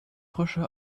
frösche